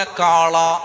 kala